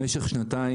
במשך שנתיים,